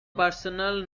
personal